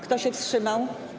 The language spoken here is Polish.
Kto się wstrzymał?